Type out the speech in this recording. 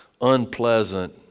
unpleasant